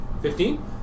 Fifteen